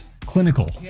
clinical